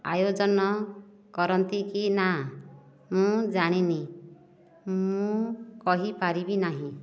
ଆୟୋଜନ କରନ୍ତି କି ନା ମୁଁ ଜାଣିନି ମୁଁ କହି ପାରିବି ନାହିଁ